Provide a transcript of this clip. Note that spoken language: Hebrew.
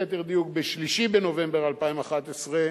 ליתר דיוק ב-3 בנובמבר 2011,